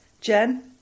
Jen